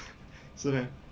是 meh